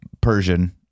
Persian